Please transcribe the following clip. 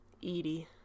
Edie